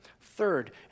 Third